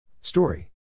story